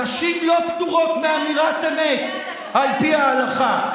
נשים לא פטורות מאמירת אמת על פי ההלכה.